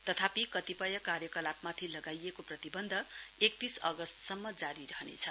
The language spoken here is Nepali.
तथापि कतिपय कार्यकलापमाथि लगाइएको प्रतिबन्ध एकतीस अगस्तसम्म जारी रहनेछ